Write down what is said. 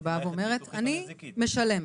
-- שבאה ואומרת, אני משלמת.